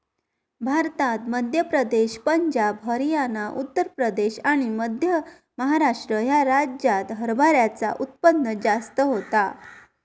भारतात मध्य प्रदेश, पंजाब, हरयाना, उत्तर प्रदेश आणि महाराष्ट्र ह्या राज्यांत हरभऱ्याचा उत्पन्न जास्त होता